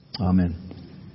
Amen